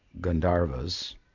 Gandharva's